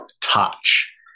touch